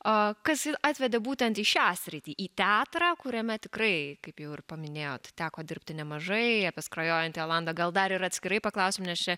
o kas atvedė būtent į šią sritį į teatrą kuriame tikrai kaip jau ir paminėjot teko dirbti nemažai apie skrajojantį olandą gal dar ir atskirai paklausim nes čia